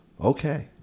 Okay